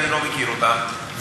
אני לא מכיר אותם,